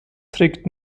trägt